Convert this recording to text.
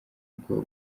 bwo